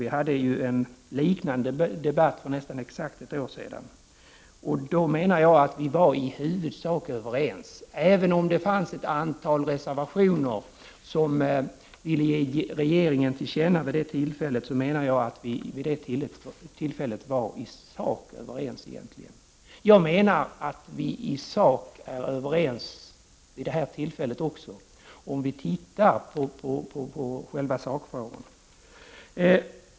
Vi hade ju en liknande debatt för nästan ett år sedan. Då menar jag att vi var i huvudsak överens, även om det fanns ett antal reservationer som ville ge regeringen till känna olika saker. Jag anser ändå att vi vid det tillfället i sak var överens, egentligen. Jag menar att vi i sak är överens vid det här tillfället också, om vi ser på sakfrågorna.